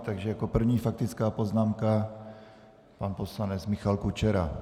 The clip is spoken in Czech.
Takže jako první faktická poznámka pan poslanec Michal Kučera.